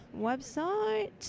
website